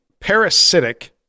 parasitic